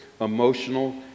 emotional